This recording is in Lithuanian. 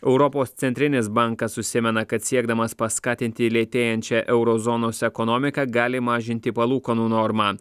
europos centrinis bankas užsimena kad siekdamas paskatinti lėtėjančią euro zonos ekonomiką gali mažinti palūkanų normą